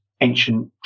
ancient